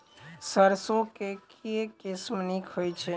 सैरसो केँ के किसिम नीक होइ छै?